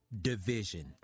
division